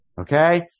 Okay